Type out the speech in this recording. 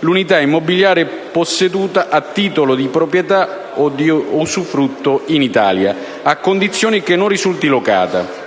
l'unità immobiliare posseduta a titolo di proprietà o di usufrutto in Italia, a condizione che non risulti locata.